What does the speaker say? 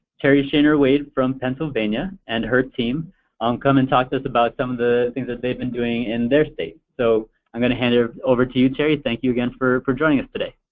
terry shaner wade from pennsylvania and her team um come and talk to us about some of the things that they've been doing in their state. so i'm going to hand it over to you, terry thank you again for for joining us today.